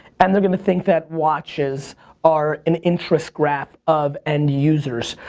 and they're gonna think that watches are an interest graph of end users,